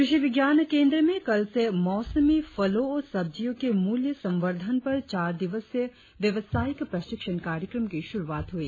क्रषि विज्ञान केंद्र में कल से मौसमी फलों और सब्जियों के मूल्य सवर्धन पर चार दिवसीय व्यावसायिक प्रशिक्षण कार्यक्रम की शुरुआत हुई